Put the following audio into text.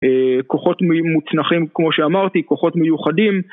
אה... כוחות מוצנחים כמו שאמרתי, כוחות מיוחדים